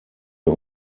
wir